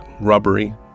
rubbery